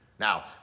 Now